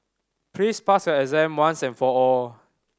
please pass your exam once and for all